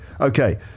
Okay